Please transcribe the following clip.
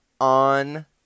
on